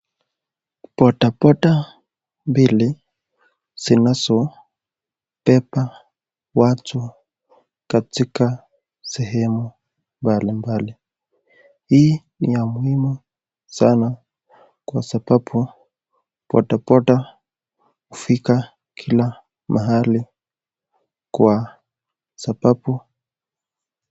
Bodaboda mbili zinazo beba watu katika sehemu mbalimbali. Hii ni ya muhimu sana kwa sababu bodaboda hufika kila mahali kwa sababu.